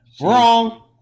wrong